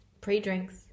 pre-drinks